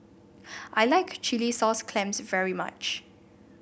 I like Chilli Sauce Clams very much